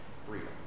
freedom